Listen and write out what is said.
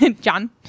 John